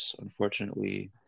unfortunately